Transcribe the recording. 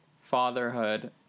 fatherhood